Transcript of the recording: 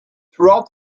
throughout